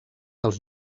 als